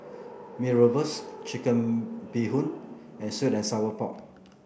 Mee Rebus Chicken Bee Hoon and sweet and Sour Pork